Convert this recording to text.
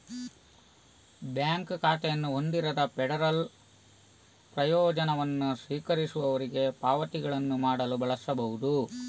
bank ಖಾತೆಯನ್ನು ಹೊಂದಿರದ federal ಪ್ರಯೋಜನವನ್ನು ಸ್ವೀಕರಿಸುವವರಿಗೆ ಪಾವತಿಗಳನ್ನು ಮಾಡಲು ಬಳಸಬಹುದು